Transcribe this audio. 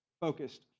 focused